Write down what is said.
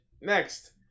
next